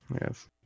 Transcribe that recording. yes